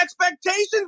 expectations